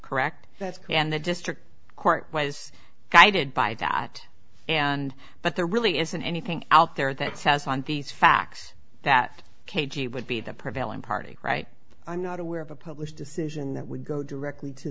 correct that's and the district court was guided by that and but there really isn't anything out there that says on these facts that k g would be the prevailing party right i'm not aware of a published decision that would go directly to